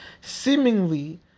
Seemingly